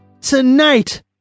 Tonight